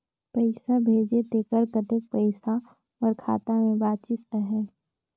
पइसा भेजे तेकर कतेक पइसा मोर खाता मे बाचिस आहाय?